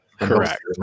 Correct